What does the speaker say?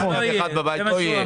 לא, לא יהיה, זה מה שהוא אמר.